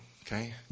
Okay